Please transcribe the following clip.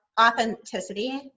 authenticity